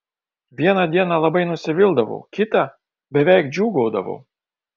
vieną dieną labai nusivildavau kitą beveik džiūgaudavau